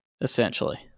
essentially